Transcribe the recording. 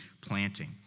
planting